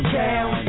down